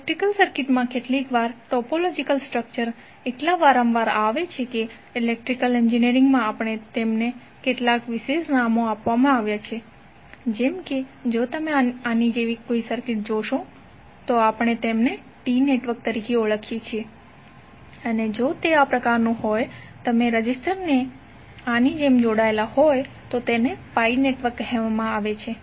electrical સર્કિટમાં કેટલીકવાર topological structure એટલા વારંવાર આવે છે કે ઇલેક્ટ્રિકલ એન્જિનિયરિંગમાં આપણે તેમને કેટલાક વિશેષ નામો આપ્યા છે જેમ કે જો તમે આની જેવી સર્કિટ જોશો તો આપણે તેમને ટી નેટવર્ક તરીકે ઓળખીએ છીએ જો તે આ પ્રકારનું હોય તમે રેઝિસ્ટરને આની જેમ જોડેલા હોય તો તેને પાઇ નેટવર્ક કહેવામાં આવે છે